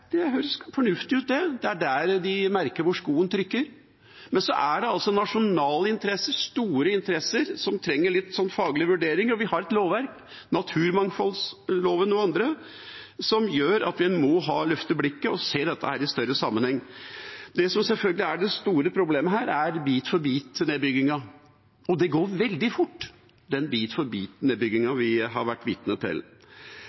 der man merker hvor skoen trykker. Men dette handler også om store nasjonale interesser som trenger faglige vurderinger. Vi har et lovverk, bl.a. naturmangfoldloven, som gjør at vi må løfte blikket og se dette i en større sammenheng. Det som selvfølgelig er det store problemet, er bit-for-bit-nedbyggingen vi har vært vitne til, og den går veldig fort.